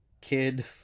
kid